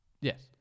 Yes